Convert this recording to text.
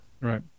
right